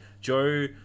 Joe